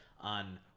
on